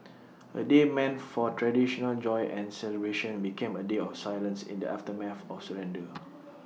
A day meant for traditional joy and celebration became A day of silence in the aftermath of the surrender